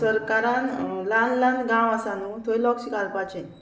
सरकारान ल्हान ल्हान गांव आसा न्हू थंय लक्ष घालपाचें